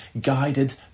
guided